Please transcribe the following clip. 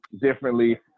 differently